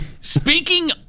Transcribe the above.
Speaking